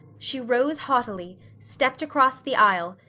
she rose haughtily, stepped across the aisle,